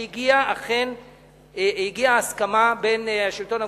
והגיעה אכן הסכמה בין השלטון המקומי,